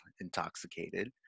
intoxicated